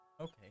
Okay